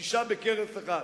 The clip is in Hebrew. שישה בכרס אחת.